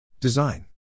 DESIGN